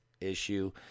issue